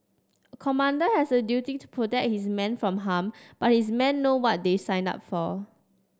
commander has a duty to protect his men from harm but his men know what they signed up for